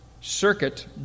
circuit